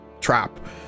trap